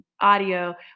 audio